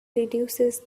reduces